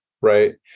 right